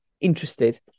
interested